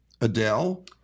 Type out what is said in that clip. Adele